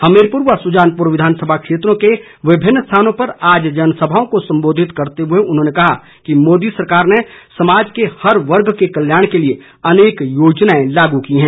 हमीरपुर व सुजानपुर विधानसभा क्षेत्रों के विभिन्न स्थानों पर आज जनसभाओं को संबोधित करते हुए उन्होंने कहा कि मोदी सरकार ने समाज के हर वर्ग के कल्याण के लिए अनेक योजनाएं लागू की हैं